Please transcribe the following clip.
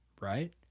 Right